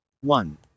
one